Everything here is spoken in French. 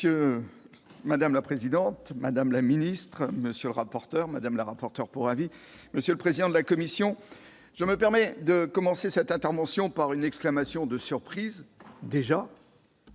Dantec. Madame la présidente, madame la secrétaire d'État, monsieur le rapporteur, madame la rapporteure pour avis, monsieur le président de la commission, je me permets de commencer cette intervention par une exclamation de surprise : déjà !